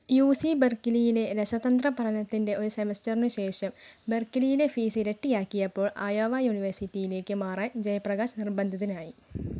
U C ബെർക്ക്ലിയിലെ രസതന്ത്ര പഠനത്തിൻ്റെ ഒരു സെമസ്റ്ററിന് ശേഷം ബെർക്ക്ലിയിലെ ഫീസ് ഇരട്ടിയാക്കിയപ്പോൾ അയോവ യൂണിവേഴ്സിറ്റിയിലേക്ക് മാറാൻ ജയപ്രകാശ് നിർബന്ധിതനായി